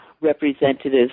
representatives